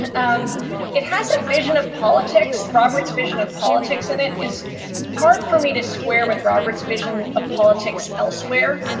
and um it has a vision of politics, roberts', vision of politics. and it is hard for me to square with roberts vision of politics elsewhere.